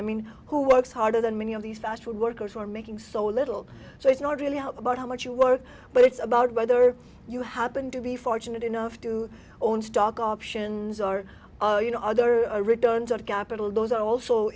i mean who works harder than many of these fast food workers who are making so little so it's not really out about how much you work but it's about whether you happen to be fortunate enough to own stock options or you know other return to capital those are also